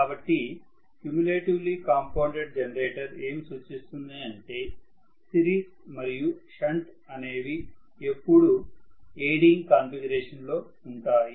కాబట్టిక్యుములేటివ్లీ compounded generator ఏమి సూచిస్తుంది అంటే సిరీస్ మరియు షంట్ అనేవి ఎప్పుడూ ఎయిడింగ్ కాన్ఫిగరేషన్లో ఉంటాయి